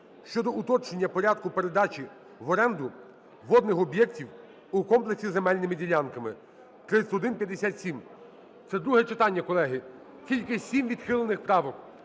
щодо уточнення порядку передачі в оренду водних об'єктів у комплексі з земельними ділянками (3157). Це друге читання, колеги. Тільки сім відхилених правок,